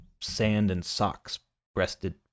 sand-and-socks-breasted